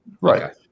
Right